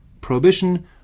prohibition